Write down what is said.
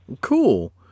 Cool